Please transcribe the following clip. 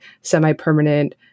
semi-permanent